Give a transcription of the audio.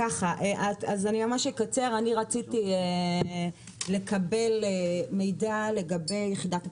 רציתי לקבל מידע לגבי יחידת הפיצוח.